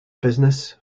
business